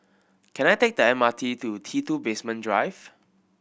can I take the M R T to T Two Basement Drive